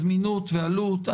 זמינות ועלות.